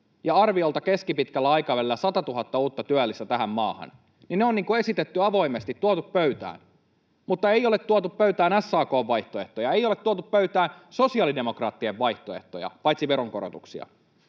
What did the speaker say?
ja arviolta keskipitkällä aikavälillä 100 000 uutta työllistä tähän maahan. Ne on esitetty avoimesti, tuotu pöytään, mutta ei ole tuotu pöytään SAK:n vaihtoehtoja, ei ole tuotu pöytään sosiaalidemokraattien vaihtoehtoja, paitsi veronkorotuksia.